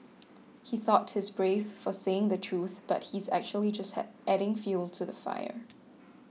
he thought he's brave for saying the truth but he's actually just adding fuel to the fire